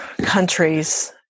countries